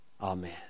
Amen